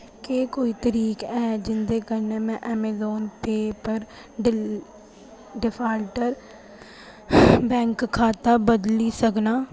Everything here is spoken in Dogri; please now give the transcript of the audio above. केह् कोई तरीक है जिं'दे कन्नै में ऐमजान पेऽ पर डिल डिफाल्ट बैंक खाता बदली सकनां